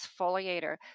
exfoliator